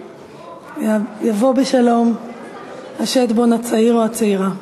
שיבוא בשלום השטבון הצעיר או הצעירה.